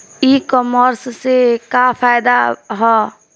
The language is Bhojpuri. ई कामर्स से का फायदा ह?